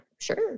sure